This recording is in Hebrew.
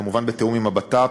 כמובן בתיאום עם הבט"פ,